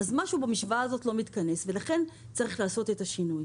אז משהו במשוואה הזאת לא מתכנס ולכן צריך לעשות את השינוי.